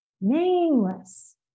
nameless